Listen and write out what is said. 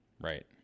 Right